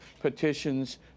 petitions